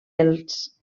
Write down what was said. els